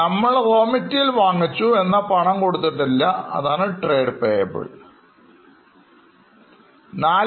നമ്മൾ RawMaterials വാങ്ങിച്ചിട്ട് പണം കൊടുത്തിട്ടില്ലെങ്കിൽ അതാണ് Trade Payables